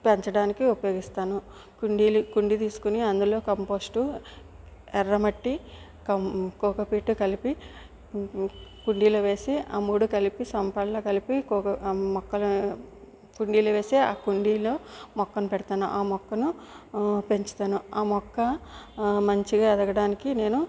పెంచడానికి ఉపయోగిస్తాను కుండీలు కుండీ తీసుకోని అందులో కంపోస్టు ఎర్రమట్టి కోకో పీట్ కలిపి కుండీలో వేసి ఆ మూడు కలిపి సమపాల్లో కలిపి కోకో మొక్కలు కుండీలో వేసి ఆ కుండీలో మొక్కను పెడుతాను ఆ మొక్కను పెంచుతాను ఆ మొక్క మంచిగా ఎదగడానికి నేను